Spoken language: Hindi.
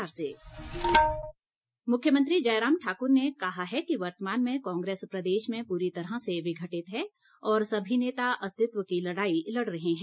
जयराम मुख्यमंत्री जयराम ठाक्र ने कहा है कि वर्तमान में कांग्रेस प्रदेश में पूरी तरह से विघटित है और सभी नेता अस्तित्व की लड़ाई लड़ रहे हैं